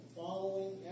following